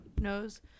knows